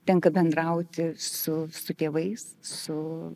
tenka bendrauti su su tėvais su